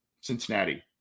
Cincinnati